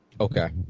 Okay